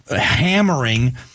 hammering